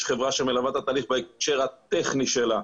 חברה שמלווה את התהליך בהקשר הטכני שלה,